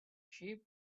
sheep